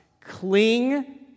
cling